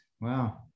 Wow